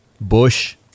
Bush